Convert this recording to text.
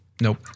Nope